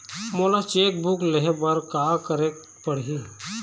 मोला cheque book लेहे बर का केरेक पढ़ही?